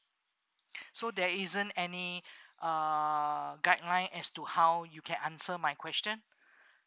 so there isn't any uh guideline as to how you can answer my question